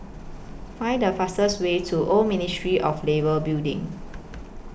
Find The fastest Way to Old Ministry of Labour Building